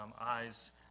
Eyes